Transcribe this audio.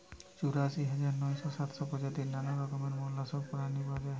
চুরাশি হাজার নয়শ সাতাত্তর প্রজাতির নানা রকমের মোল্লাসকস প্রাণী পাওয়া যায়